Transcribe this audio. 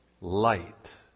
light